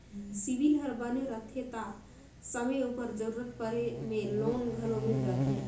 CIBIL हर बने रहथे ता समे उपर जरूरत परे में लोन घलो मिल जाथे